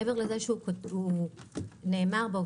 מעבר לזה שנאמר בו,